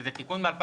שזה תיקון מ-2018,